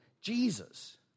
Jesus